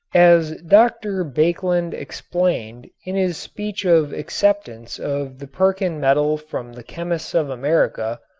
as dr. baekeland explained in his speech of acceptance of the perkin medal from the chemists of america,